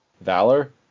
Valor